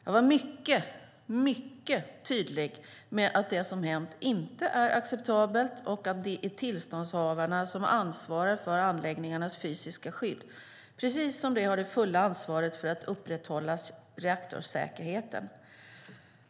Jag var mycket tydlig med att det som hänt inte är acceptabelt och att det är tillståndshavarna som ansvarar för anläggningarnas fysiska skydd, precis som de har det fulla ansvaret för att upprätthålla reaktorsäkerheten.